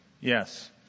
Yes